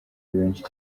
benshi